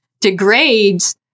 degrades